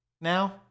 now